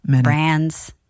brands